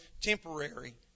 temporary